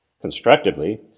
Constructively